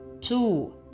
two